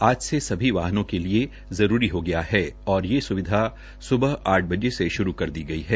आज से सभी वाहनों की लिए जरूरी हो गया है और यह स्विधा स्बह आठ बजे से श्रू कर दी गई है